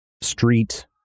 street